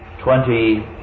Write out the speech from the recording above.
Twenty